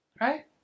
Right